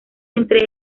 entre